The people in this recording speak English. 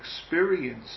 experience